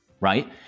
right